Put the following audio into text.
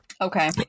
okay